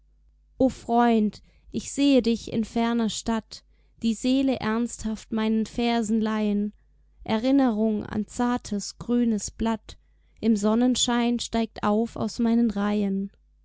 o freund ich sehe dich in ferner stadt die seele ernsthaft meinen versen leihen erinnerung an zartes grünes blatt im sonnenschein steigt auf aus meinen reihen